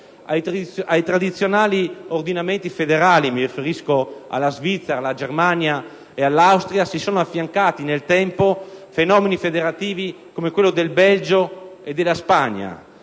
Ai tradizionali ordinamenti federali (mi riferisco alla Svizzera, alla Germania e all'Austria) si sono affiancati nel tempo fenomeni federativi come quelli del Belgio e della Spagna,